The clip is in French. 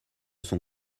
son